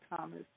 Thomas